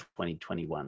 2021